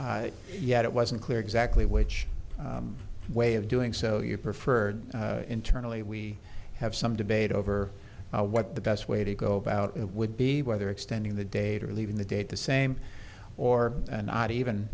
yet it wasn't clear exactly which way of doing so you preferred internally we have some debate over what the best way to go about it would be whether extending the date or leaving the date the same or an odd even